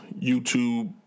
YouTube